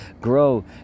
grow